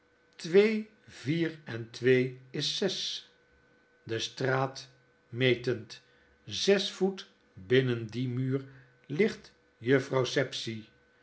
twee vier en twee is zes de straat metend zesvoet binnen dien muur ligt juffrouw sapsea